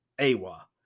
Awa